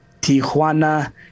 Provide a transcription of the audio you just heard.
Tijuana